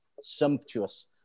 sumptuous